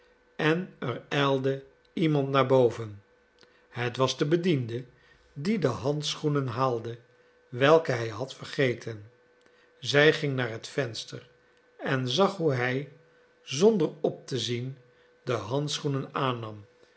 en er ijlde iemand naar boven het was de bediende die de handschoenen haalde welke hij had vergeten zij ging naar het venster en zag hoe hij zonder op te zien de handschoenen aannam